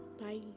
Bye